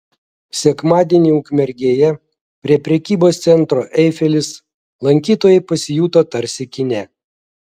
sekmadienį ukmergėje prie prekybos centro eifelis lankytojai pasijuto tarsi kine